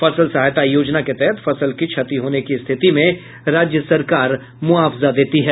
फसल सहायता योजना के तहत फसल की क्षति होने की स्थिति में राज्य सरकार मुआवजा देती है